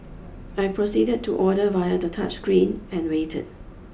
I proceeded to order via the touchscreen and waited